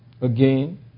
again